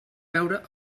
beure